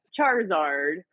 Charizard